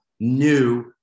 new